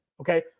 okay